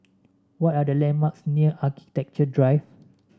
what are the landmarks near Architecture Drive